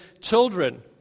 Children